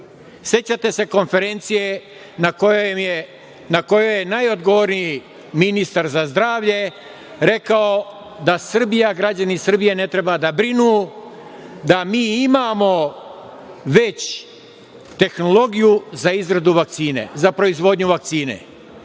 Sećate se konferencije na kojoj je najodgovorniji ministar za zdravlje rekao da građani Srbije ne treba da brinu, da mi imamo već tehnologiju za proizvodnju vakcine.